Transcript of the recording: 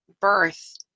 birth